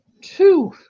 two